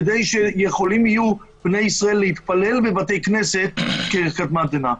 כדי שיכולים יהיו בני ישראל להתפלל בבתי כנסת כקדמת דנא.